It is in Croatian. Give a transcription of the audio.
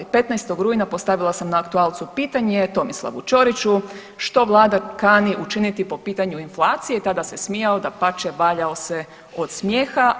15. rujna postavili sam na aktualcu pitanje Tomislavu Čoriću što Vlada kani učiniti po pitanju inflacije i tada se smijao, dapače valjao se od smijeha.